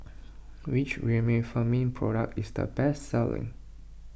which Remifemin product is the best selling